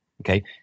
Okay